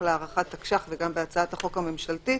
להארכת תקש"ח וגם בהצעת החוק הממשלתית,